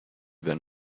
than